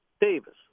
Davis